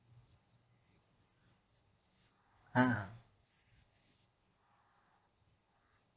ah